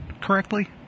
correctly